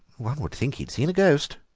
one would think he had seen a ghost.